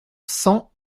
cent